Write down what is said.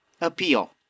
appeal